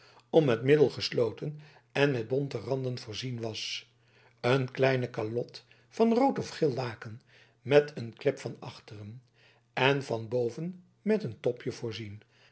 om het midden gesloten en met bonte randen voorzien was een kleine kalot van rood of geel laken met een klep van achteren en van boven met een topje voorzien